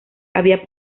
había